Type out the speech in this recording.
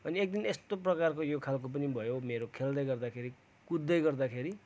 अनि एक दिन यस्तो प्रकारको यो खालको पनि भयो मेरो खेल्दै गर्दाखेरि कुद्दै गर्दाखेरि